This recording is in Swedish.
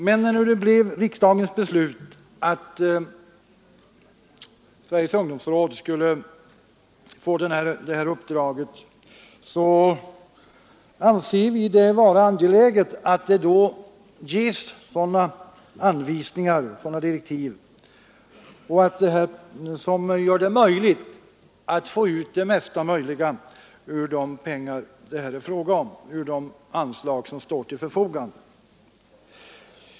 Men när det nu blev riksdagens beslut att statens ungdomsråd skulle få det här uppdraget anser vi det angeläget att rådet ges sådana direktiv som gör det möjligt att få ut det mesta möjliga av de medel det är fråga om ur det anslag som står till förfogande.